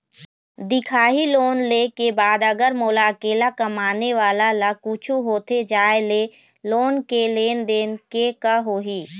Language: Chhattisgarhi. दिखाही लोन ले के बाद अगर मोला अकेला कमाने वाला ला कुछू होथे जाय ले लोन के लेनदेन के का होही?